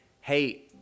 Hey